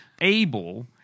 able